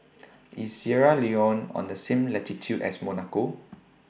IS Sierra Leone on The same latitude as Monaco